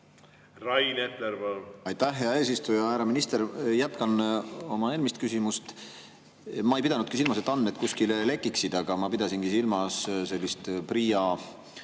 Aitäh, hea eesistuja! Härra minister! Ma jätkan oma eelmise küsimusega. Ma ei pidanud silmas, et andmed kuskile lekiksid, vaid ma pidasin silmas sellist PRIA